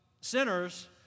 sinners